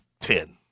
ten